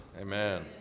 Amen